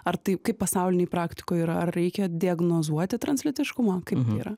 ar taip kaip pasaulinėj praktikoj yraar reikia diagnozuoti translytiškumą kaip yra